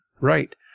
Right